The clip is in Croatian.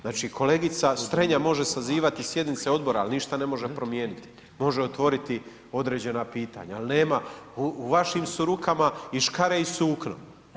Znači kolegica Strenja može sazivati sjednice odbora ali ništa ne može promijeniti, može otvoriti određena pitanja ali nema, u vašim su rukama i škare i sukno.